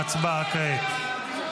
ההצבעה כעת.